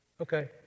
Okay